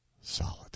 solid